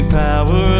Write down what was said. power